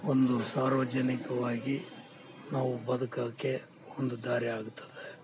ಒಂದು ಸಾರ್ವಜನಿಕವಾಗಿ ನಾವು ಬದ್ಕೋಕೆ ಒಂದು ದಾರಿ ಆಗುತ್ತದೆ